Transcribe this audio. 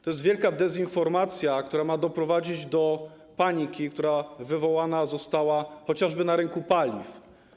Ta wielka dezinformacja, która ma doprowadzić do paniki, wywołana została chociażby na rynku paliw.